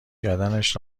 کردنش